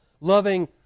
loving